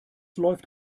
läuft